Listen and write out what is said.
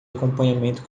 acompanhamento